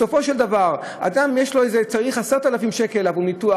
בסופו של דבר אדם צריך 10,000 שקלים עבור ניתוח,